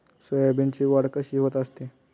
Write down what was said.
सोयाबीनची वाढ कशी होत असते?